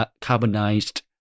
carbonized